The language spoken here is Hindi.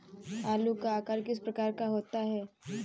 आलू का आकार किस प्रकार का होता है?